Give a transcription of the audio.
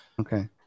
okay